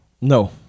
No